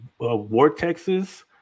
vortexes